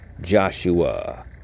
Joshua